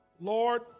Lord